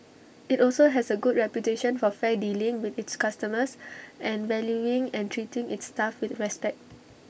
IT also has A good reputation for fair dealing with its customers and valuing and treating its staff with respect